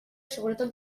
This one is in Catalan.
seguretat